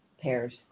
pairs